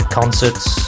concerts